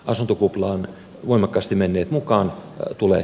asuntokuplaan voimakkaasti menneet mukaan tule